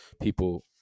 people